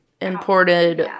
imported